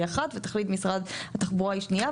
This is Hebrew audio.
אחת ותכלית משרד התחבורה היא שנייה.